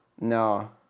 No